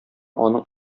аның